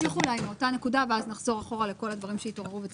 נמשיך מאותה נקודה ואז נחזור אחורה לכל הדברים שהתעוררו.